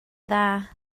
dda